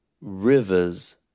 rivers